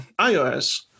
iOS